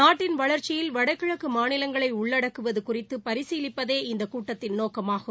நாட்டின் வளர்ச்சியில் வடகிழக்கு மாநிலங்களை உள்ளடக்குவது குறித்து பரிசீலிப்பதே இந்த கூட்டத்தின் நோக்கமாகும்